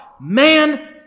man